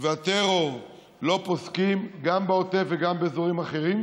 והטרור לא פוסקים, גם בעוטף וגם באזורים אחרים,